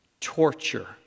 Torture